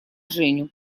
женю